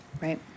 Right